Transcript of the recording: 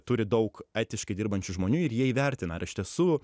turi daug etiškai dirbančių žmonių ir jie įvertina ar iš tiesų